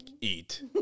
eat